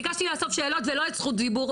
ביקשתי לאסוף שאלות ולא זכות דיבור,